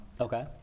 Okay